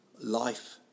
life